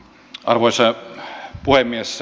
arvoisa puhemies